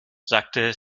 sagte